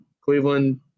Cleveland